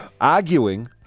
Arguing